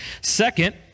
Second